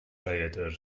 rhaeadr